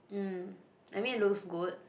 mm I mean it looks good